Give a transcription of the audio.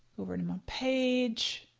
over in my page.